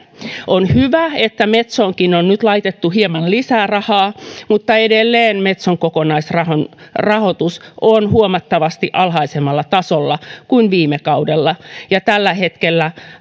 on hyvä että metsoonkin on nyt laitettu hieman lisää rahaa mutta edelleen metson kokonaisrahoitus on huomattavasti alhaisemmalla tasolla kuin viime kaudella tällä hetkellä